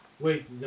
Wait